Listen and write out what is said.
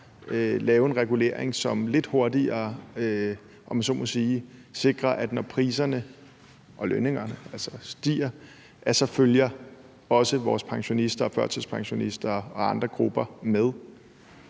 lave en regulering, som lidt hurtigere, om jeg så må sige, sikrer, at når priserne og lønningerne stiger, følger også indkomsterne for vores pensionister, førtidspensionister og andre grupper med?